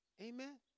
Amen